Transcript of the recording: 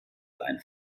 ein